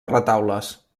retaules